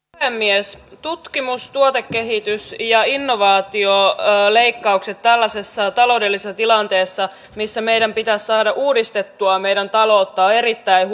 puhemies tutkimus tuotekehitys ja innovaatioleikkaukset tällaisessa taloudellisessa tilanteessa missä meidän pitäisi saada uudistettua meidän taloutta ovat erittäin